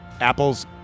Apples